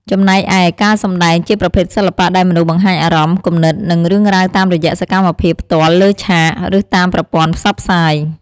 ចំណែកឯ ការសម្តែង ជាប្រភេទសិល្បៈដែលមនុស្សបង្ហាញអារម្មណ៍ គំនិត និងរឿងរ៉ាវតាមរយៈសកម្មភាពផ្ទាល់លើឆាក ឬតាមប្រព័ន្ធផ្សព្វផ្សាយ។